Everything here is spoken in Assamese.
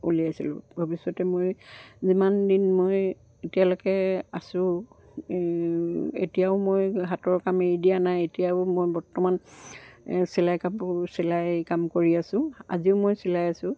উলিয়াইছিলোঁ ভৱিষ্যতে মই যিমান দিন মই এতিয়ালৈকে আছোঁ এতিয়াও মই হাতৰ কাম এৰি দিয়া নাই এতিয়াও মই বৰ্তমান চিলাই কাপোৰ চিলাই কাম কৰি আছোঁ আজিও মই চিলাই আছোঁ